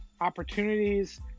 opportunities